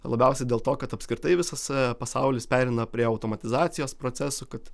labiausiai dėl to kad apskritai visas pasaulis pereina prie automatizacijos procesų kad